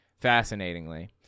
fascinatingly